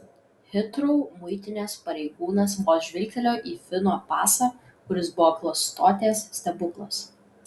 hitrou muitinės pareigūnas vos žvilgtelėjo į fino pasą kuris buvo klastotės stebuklas